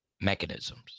mechanisms